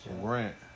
Grant